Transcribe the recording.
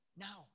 now